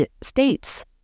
states